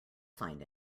find